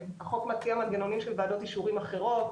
החוק מציע מנגנונים של ועדות אישורים אחרים.